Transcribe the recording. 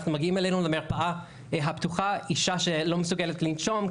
מגיעים אלינו למרפאה הפתוחה אישה שלא מסוגלת לנשום,